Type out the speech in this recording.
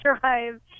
drive